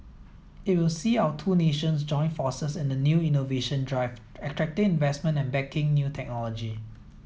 it will see our two nations join forces in a new innovation drive attracting investment and backing new technology